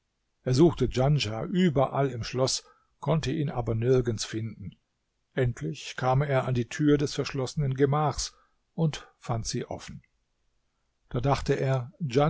er suchte djanschah überall im schloß konnte ihn aber nirgends finden endlich kam er an die tür des verschlossenen gemachs und fand sie offen da dachte er